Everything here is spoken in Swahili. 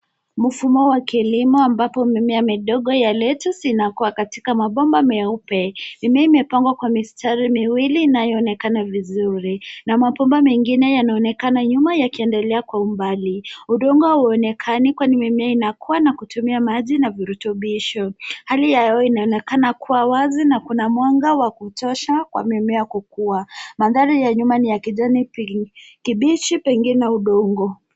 Mfumo wa kilimo ambapo mimea midogo ya lettuce inakua katika mabomba meupe. Mimea imepangwa kwa mistari miwili inayoonekana vizuri na mabomba mengine yanaonekana nyuma yakiendelea kwa umbali. Udongo hauonekani kwani mimea inakua na kutumia maji na virutubisho. Hali ya hewa inaonekana kuwa wazi na kuna mwanga wa kutosha kwa mimea kukua. Mandhari ya nyuma ni ya kijani kibichi pengine udongo.